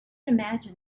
imagine